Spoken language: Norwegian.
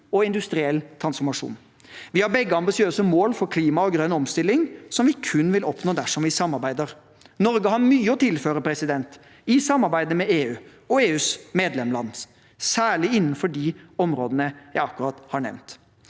og industriell transformasjon. Vi har begge ambisiøse mål for klima og grønn omstilling som vi kun vil oppnå dersom vi samarbeider. Norge har mye å tilføre i samarbeidet med EU og EUs medlemsland, særlig innenfor de områdene jeg akkurat har nevnt.